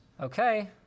okay